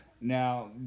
Now